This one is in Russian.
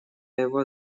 его